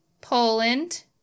Poland